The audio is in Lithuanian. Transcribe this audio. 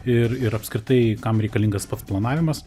ir ir apskritai kam reikalingas pats planavimas